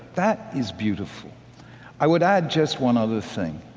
that is beautiful i would add just one other thing.